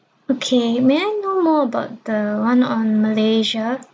okay may I know more about the one on malaysia